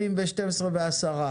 בבקשה.